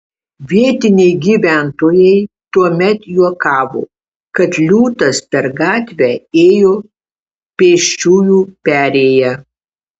vietiniai gyventojai tuomet juokavo kad liūtas per gatvę ėjo pėsčiųjų perėja